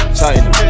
China